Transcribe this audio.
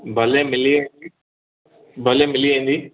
भले मिली भले मिली वेंदी